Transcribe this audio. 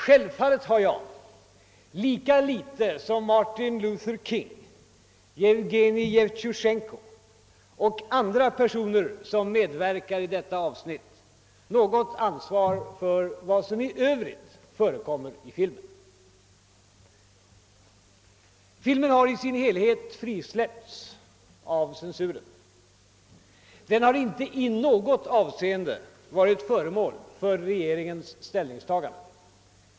Självfallet har jag — lika litet som Martin Luther King, Jevgenij Jevtusjenko eller andra personer som medverkar i detta avsnitt — något ansvar för vad som i övrigt förekommer i filmen. Filmen har i sin helhet frisläppts av censuren. Den har inte i något avseende varit föremål för regeringens ställningstagande.